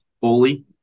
fully